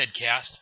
headcast